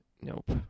Nope